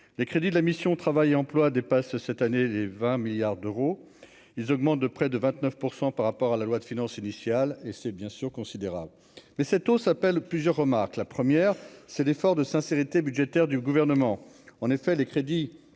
les crédits de la mission Travail emploi dépasse cette année les 20 milliards d'euros, ils augmentent de près de 29 % par rapport à la loi de finances initiale et c'est bien sûr considérable mais cette hausse appelle plusieurs remarques : la première, c'est l'effort de sincérité budgétaire du gouvernement, en effet, les crédits